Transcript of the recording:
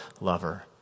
lover